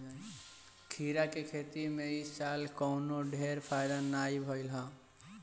खीरा के खेती में इ साल कवनो ढेर फायदा नाइ भइल हअ